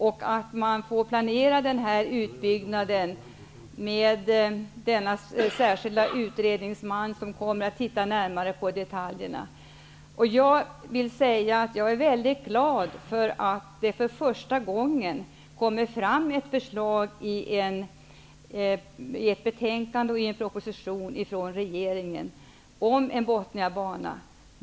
Utbyggnaden får planeras med hjälp av denna särskilda utredningsman som skall titta närmare på detaljerna. Jag är väldigt glad för att det för första gången har kommit ett förslag i en proposition från regeringen, och nu i betänkandet, om en Botniabana.